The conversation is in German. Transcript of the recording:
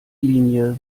linie